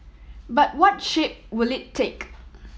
but what shape will it take